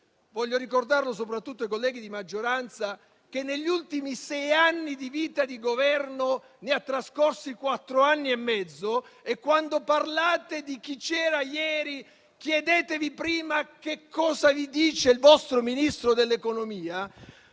voglio ricordare soprattutto ai colleghi di maggioranza, che negli ultimi sei anni di vita di Governo ne ha trascorsi quattro anni e mezzo e, quando parlate di chi c'era ieri, chiedetevi prima che cosa vi dice il vostro Ministro dell'economia